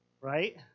Right